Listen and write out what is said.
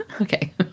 okay